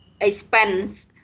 expense